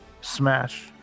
Smash